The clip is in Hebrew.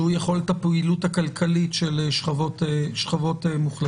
שהוא יכולת הפעילות הכלכלית של שכבות מוחלשות.